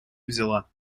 взяла